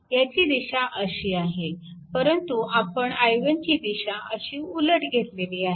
ह्याची दिशा अशी आहे परंतु आपण i1 ची दिशा अशी उलट घेतलेली आहे